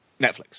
Netflix